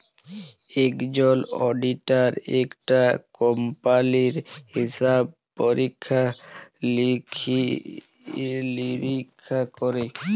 একজল অডিটার একটা কম্পালির হিসাব পরীক্ষা লিরীক্ষা ক্যরে